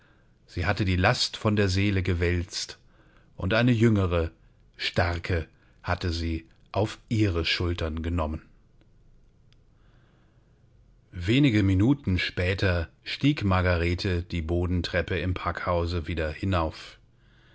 sie hatte die last von der seele gewälzt und eine jüngere starke hatte sie auf ihre schultern genommen wenige minuten später stieg margarete die bodentreppe im packhause wieder hinauf